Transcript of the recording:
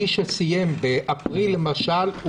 מי שסיים באפריל למשל,